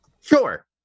Sure